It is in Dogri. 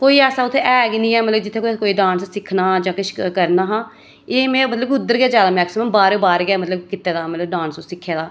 कोई ऐसा उत्थै ऐ गै निं ऐ मतलब जित्थें असें कोई डांस सिक्खना जां किश करना हा एह् में मतलब कि उद्धर गै जैदा मैक्सीमम बाह्र बाह्र गै मतलब कीते दा मतलब डांस सिक्खे दा